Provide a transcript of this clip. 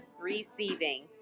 receiving